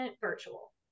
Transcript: virtual